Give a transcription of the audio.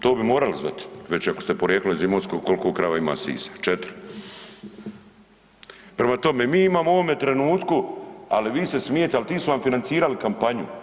To bi morali znati već ako ste porijeklom iz Imotskog koliko krava ima sisa, 4. Prema tome, mi imamo u ovome trenutku, ali vi se smijete, ali ti su vam financirali kampanju.